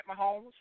Mahomes